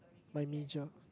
my major